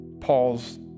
Paul's